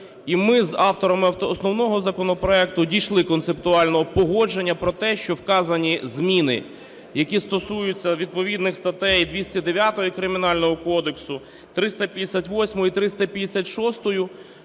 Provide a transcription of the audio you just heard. І ми з авторами основного законопроекту дійшли концептуального погодження про те, що вказані зміни, які стосуються відповідних статей: 209-ї Кримінального кодексу, 358-ї, 356-ї,